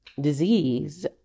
disease